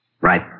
Right